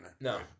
No